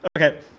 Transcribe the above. Okay